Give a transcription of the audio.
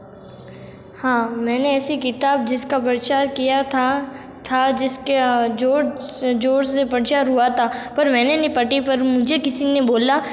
हाँ मैंने ऐसी किताब जिसका प्रचार किया था था जिसके जोस ज़ोर से प्रचार हुआ था पर मैंने नहीं पढ़ी पर मुझे किसी ने बोला